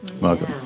Welcome